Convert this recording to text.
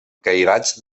cairats